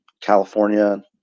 California